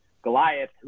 Goliath